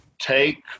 take